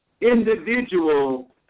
individual